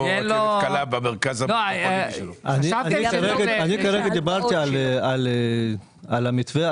אני כרגע דיברתי על המתווה,